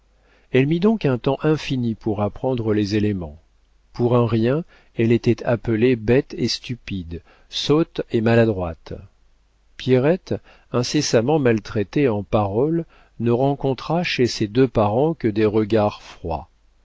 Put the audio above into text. elle mit donc un temps infini pour apprendre les éléments pour un rien elle était appelée bête et stupide sotte et maladroite pierrette incessamment maltraitée en paroles ne rencontra chez ses deux parents que des regards froids